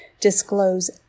disclose